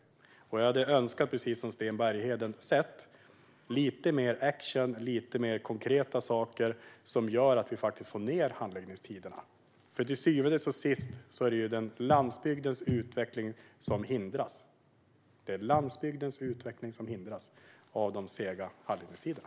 Precis som Sten Bergheden hade jag önskat att man hade haft lite mer action och lite mer konkreta förslag som gör att man faktiskt får ned handläggningstiderna. Till syvende och sist är det landsbygdens utveckling som hindras av de långa handläggningstiderna.